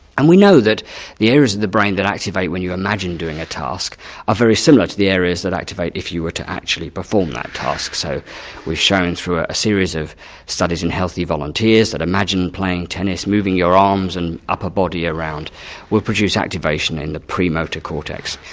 and we know that the areas of the brain that activate when you imagine doing a task are very similar to the areas that activate if you were to actually perform that task. so we've shown through a a series of studies in healthy volunteers that imagining playing tennis, moving your arms and upper body around will produce activation in the pre-motor cortex.